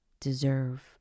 deserve